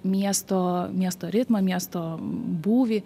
miesto miesto ritmą miesto būvį